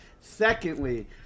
Secondly